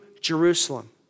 Jerusalem